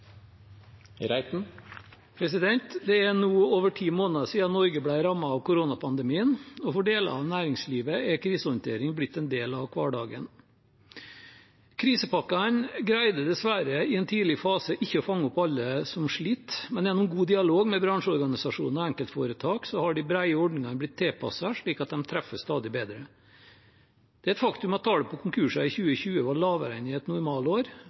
nå over ti måneder siden Norge ble rammet av koronapandemien, og for deler av næringslivet er krisehåndtering blitt en del av hverdagen. Krisepakkene greide dessverre i en tidlig fase ikke å fange opp alle som sliter, men gjennom god dialog med bransjeorganisasjoner og enkeltforetak har de brede ordningene blitt tilpasset slik at de treffer stadig bedre. Det er et faktum at tallet på konkurser i 2020 var lavere enn i et normalår,